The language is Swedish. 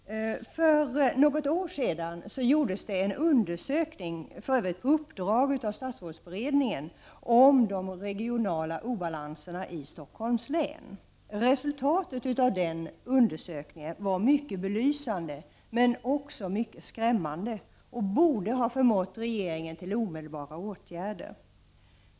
Herr talman! För något år sedan gjordes, på uppdrag av statsrådsberedningen, en undersökning angående de regionala obalanserna i Stockholms län. Resultatet av den undersökningen var mycket belysande, men också skrämmande, och borde ha förmått regeringen till omedelbara åtgärder.